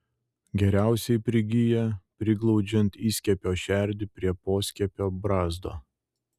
geriausiai prigyja priglaudžiant įskiepio šerdį prie poskiepio brazdo